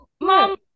mom